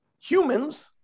Humans